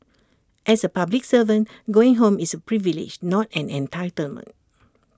as A public servant going home is A privilege not an entitlement